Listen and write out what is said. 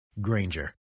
Granger